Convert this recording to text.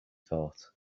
thought